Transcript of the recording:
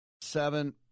seven